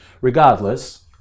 regardless